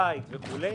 בית וכו'.